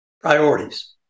priorities